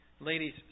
Ladies